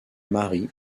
marie